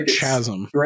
chasm